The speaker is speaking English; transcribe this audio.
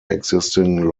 existing